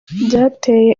byateye